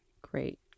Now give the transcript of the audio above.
Great